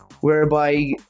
whereby